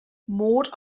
maud